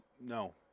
no